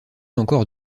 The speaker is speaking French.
encore